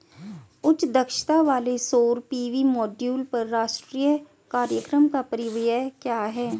उच्च दक्षता वाले सौर पी.वी मॉड्यूल पर राष्ट्रीय कार्यक्रम का परिव्यय क्या है?